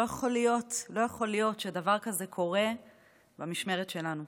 לא יכול להיות שדבר כזה קורה במשמרת שלנו.